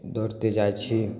दौड़ते जाइ छी